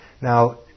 Now